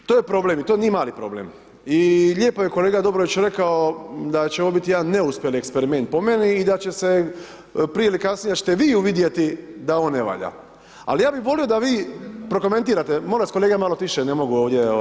Dakle, to je problem i to nije mali problem i lijepo je kolega Dobrović rekao, da će ovo biti jedan neuspjeli eksperiment, po meni, i da će se prije ili kasnije da ćete vi uvidjeti da on ne valja, ali ja bi volio da vi prokomentirate, molim vas kolega malo tiše, ne mogu ovdje ovaj